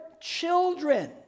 children